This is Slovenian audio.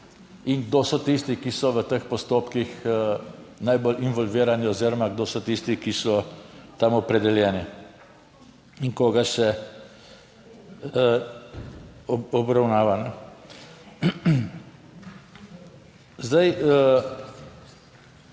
in kdo so tisti, ki so v teh postopkih najbolj involvirani oziroma kdo so tisti, ki so tam opredeljeni in koga se obravnava. Zdaj,